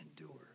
endure